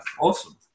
Awesome